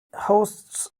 hosts